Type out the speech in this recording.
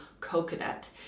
coconut